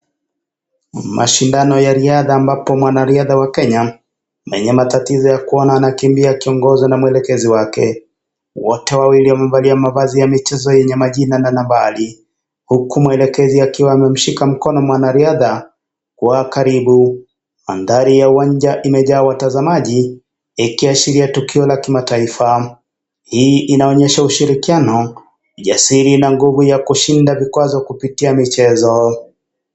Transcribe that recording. Mashindano ya riadha ambapo mwanariadha wa Kenya mwenye matatizo ya kuona anakimbia akiongozwa na mwelekezi wake, wote wawili wamevalia mavazi ya michezo yenye majina na nambari huku mwelekezi akiwa ameshika mkono mwanariadha kwa karibu, mandhari ya uwanja imejaa watazamaji ikiashiria tukio la kimataifa hii inaonyesha ushirikiano, jasiri na nguvu ya kushinda vikwazo kupitia michezo.